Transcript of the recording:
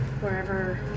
wherever